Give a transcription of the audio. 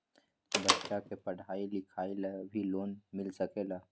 बच्चा के पढ़ाई लिखाई ला भी लोन मिल सकेला?